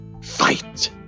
Fight